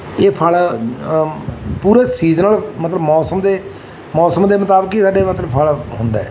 ਇਹ ਫਲ ਪੂਰੇ ਸੀਜ਼ਨਲ ਮਤਲਬ ਮੌਸਮ ਦੇ ਮੌਸਮ ਦੇ ਮੁਤਾਬਿਕ ਹੀ ਸਾਡੇ ਮਤਲਬ ਫਲ ਹੁੰਦਾ